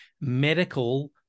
medical